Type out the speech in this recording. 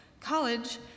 College